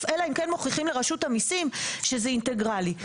אלא אם כן מוכיחים לרשות המיסים שזה אינטגרלי.